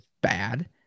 bad